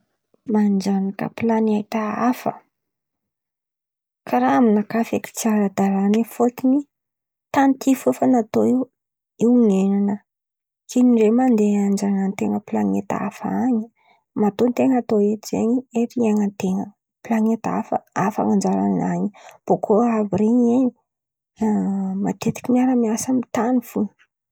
Manjanaka planeta hafa karà aminakà feky tsy ara-dalàla ai! Fôtony tany ty fô fa natao io ny iain̈ana tsy indray mandeha anjanahan-ten̈a planeta hafa an̈y. Matoa an-ten̈a natao eto zen̈y, eto ny iain̈an-ten̈a planeta; hafa hafa an̈y anjaran̈any bôko raha àby ren̈y matetiky miara-miasa amy tan̈y fo.